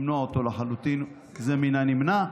למנוע אותו לחלוטין, זה מן הנמנע,